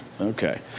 Okay